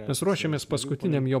mes ruošiamės paskutiniam jo